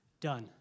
done